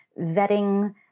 vetting